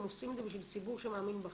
אתם עושים את זה בשביל ציבור שמאמין בכם.